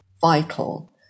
vital